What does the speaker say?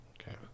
Okay